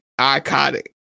iconic